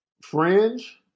Fringe